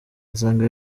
usanga